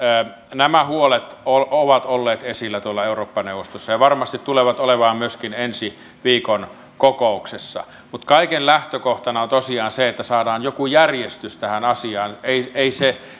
nämä huolet ovat olleet esillä eurooppa neuvostossa ja varmasti tulevat olemaan myöskin ensi viikon kokouksessa kaiken lähtökohtana on tosiaan se että saadaan joku järjestys tähän asiaan ei ei se